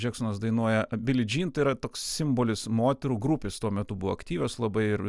džeksonas dainuoja bily džyn tai yra toks simbolis moterų grupės tuo metu buvo aktyvios labai ir